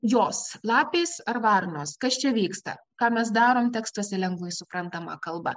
jos lapės ar varnos kas čia vyksta ką mes darom tekstuose lengvai suprantama kalba